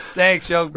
thanks, yo.